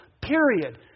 period